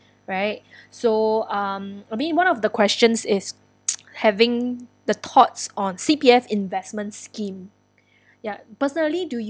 right so um I mean one of the questions is having the thoughts on C_P_F investment scheme ya personally do you